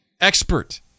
expert